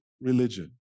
religion